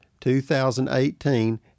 2018